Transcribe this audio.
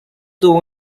tuvo